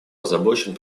озабочен